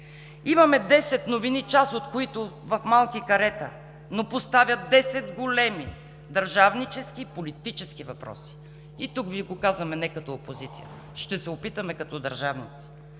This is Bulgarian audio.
Имаме 10 новини, част от които в малки карета, но поставят 10 големи държавнически и политически въпроси. И тук Ви го казваме не като опозиция, ще се опитаме като държавници.